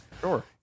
Sure